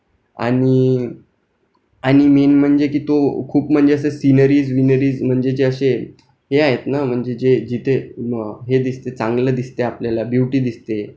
आणि आणि मेन म्हणजे की तो खूप म्हणजे असे सीनरीज् विनरीज् म्हणजे जे असे हे आहेत ना म्हणजे जे जिथे हे दिसते चांगलं दिसते आपल्याला ब्युटी दिसते